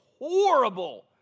horrible